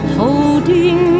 holding